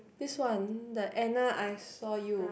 this one the Anna I saw you